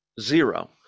Zero